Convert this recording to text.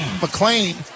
McLean